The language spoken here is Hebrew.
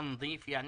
תקציב?